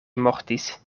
mortis